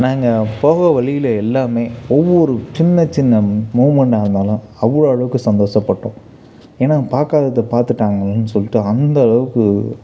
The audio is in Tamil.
நாங்கள் போகற வழியில் எல்லாமே ஒவ்வொரு சின்னச்சின்ன மூமெண்ட்டாக இருந்தாலும் அவ்வளோ அளவுக்கு சந்தோஷப்பட்டோம் ஏன்னா பார்க்காதத பார்த்துட்டாங்கன்னு சொல்லிட்டு அந்தளவுக்கு